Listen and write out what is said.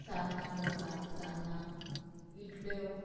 सान्नां करता सान्नां इडल्यो